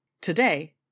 Today